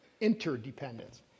Interdependence